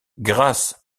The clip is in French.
grâce